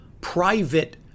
private